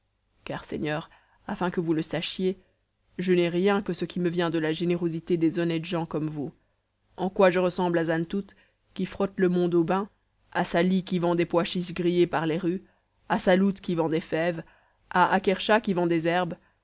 car seigneur afin que vous le sachiez je n'ai rien que ce qui me vient de la générosité des honnêtes gens comme vous en quoi je ressemble à zantout qui frotte le monde au bain à sali qui vend des pois chiches grillés par les rues à salout qui vend des fèves à akerscha qui vend des herbes